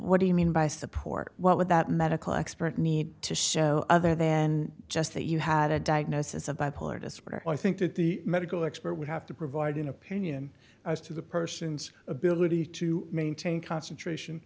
what do you mean by support what would that medical expert need to show other than just that you had a diagnosis of bipolar disorder i think that the medical expert would have to provide an opinion as to the person's ability to maintain concentration